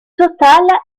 totale